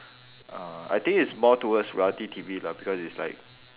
uh I think it's more towards reality T_V lah because it's like